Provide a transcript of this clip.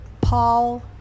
Paul